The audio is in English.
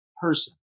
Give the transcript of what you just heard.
person